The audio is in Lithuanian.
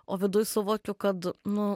o viduj suvokiu kad nu